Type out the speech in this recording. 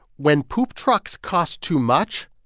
when poop trucks cost too much,